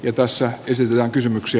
liitossa esille kysymyksi